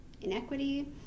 inequity